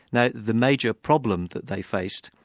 now the major problem that they faced,